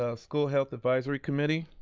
ah school health advisory committee.